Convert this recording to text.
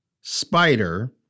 Spider